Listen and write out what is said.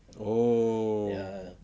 oh